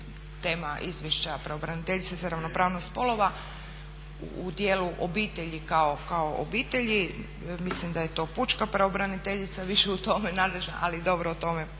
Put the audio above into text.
tema izvješća pravobraniteljice za ravnopravnost spolova u djelu obitelji kao obitelji, mislim da je to pučka pravobraniteljica više u tome nadležna, ali dobro o tome